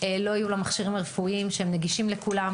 לא יהיו מכשירים רפואיים שהם נגישים לכולם.